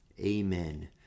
Amen